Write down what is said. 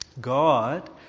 God